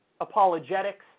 Apologetics